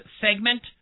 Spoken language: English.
segment